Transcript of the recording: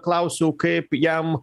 klausiau kaip jam